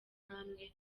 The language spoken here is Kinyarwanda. namwe